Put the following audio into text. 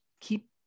keep